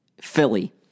Philly